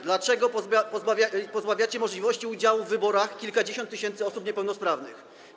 Dlaczego pozbawiacie możliwości udziału w wyborach kilkadziesiąt tysięcy osób niepełnosprawnych?